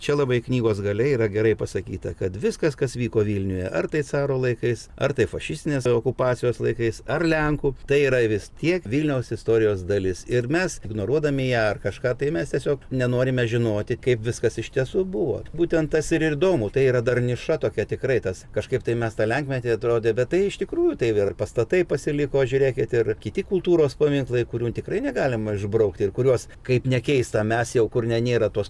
čia labai knygos gale yra gerai pasakyta kad viskas kas vyko vilniuje ar tai caro laikais ar tai fašistinės okupacijos laikais ar lenkų tai yra vis tiek vilniaus istorijos dalis ir mes ignoruodami ją ar kažką tai mes tiesiog nenorime žinoti kaip viskas iš tiesų buvo būtent tas ir yr įdomu tai yra dar niša tokia tikrai tas kažkaip tai mes tą lenkmetį atrodė bet tai iš tikrųjų tai ir pastatai pasiliko žiūrėkit ir kiti kultūros paminklai kurių tikrai negalima išbraukti ir kuriuos kaip nekeista mes jau kur ne nėra tos